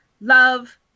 love